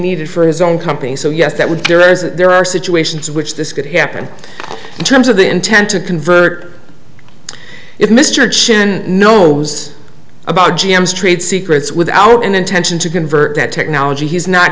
needed for his own company so yes that would be there are situations in which this could happen in terms of the intent to convert if mr chen knows about g m s trade secrets without an intention to convert that technology he's not